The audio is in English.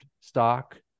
stock